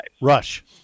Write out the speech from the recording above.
Rush